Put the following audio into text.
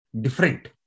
different